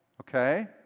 okay